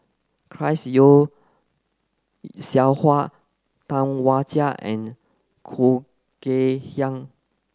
Chris Yeo Siew Hua Tam Wai Jia and Khoo Kay Hian